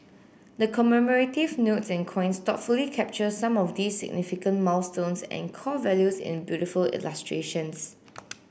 the commemorative notes and coins thoughtfully capture some of these significant milestones and core values in beautiful illustrations